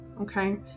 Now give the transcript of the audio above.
Okay